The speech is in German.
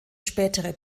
spätere